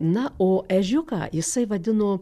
na o ežiuką jisai vadino